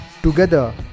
Together